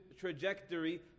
trajectory